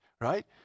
right